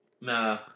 Nah